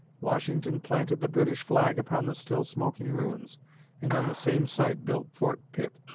washington planted the british flag upon the still smoking ruins and on the same site built fort pitt,